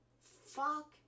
Fuck